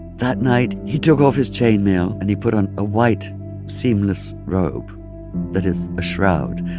that night, he took off his chain mail. and he put on a white seamless robe that is, a shroud.